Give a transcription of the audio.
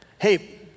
Hey